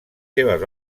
seves